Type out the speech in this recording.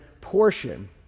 portion